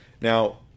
Now